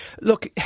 look